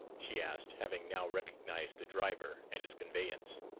she asked, having now recognized the driver and his conveyance.